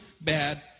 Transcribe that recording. bad